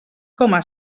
coma